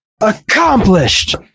Accomplished